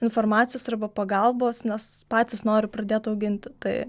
informacijos arba pagalbos nes patys nori pradėt auginti tai